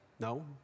No